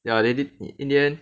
yeah they did in the end